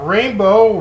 Rainbow